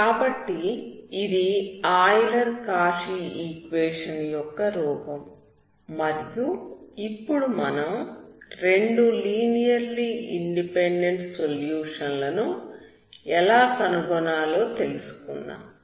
కాబట్టి ఇది Euler Cauchy equation యొక్క రూపం మరియు ఇప్పుడు మనం రెండు లీనియర్లీ ఇండిపెండెంట్ సొల్యూషన్ లను ఎలా కనుగొనాలో తెలుసుకుందాం